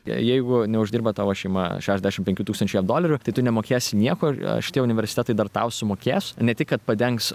jeigu neuždirba tavo šeima šešiasdešimt penkių tūkstančių jav dolerių tai tu nemokėsi nieko ir šitie universitetai dar tau sumokės ne tik kad padengs